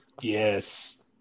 Yes